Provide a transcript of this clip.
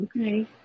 Okay